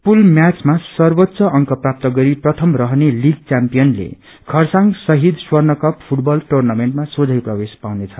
पुल म्याचमा सर्वोच्च अंक प्राप्त गरी प्रथम रहने लीग च्याभ्पियनले खरसाङ शबीद स्वर्ण कप फूटबल टुनमिन्टमा सोझै प्रवेश पाउनेछ